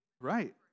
Right